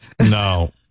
no